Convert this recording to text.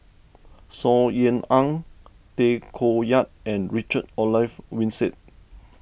Saw Ean Ang Tay Koh Yat and Richard Olaf Winstedt